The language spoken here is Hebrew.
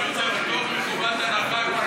אני רוצה גם פטור מחובת הנחה,